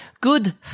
good